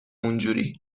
اونجوری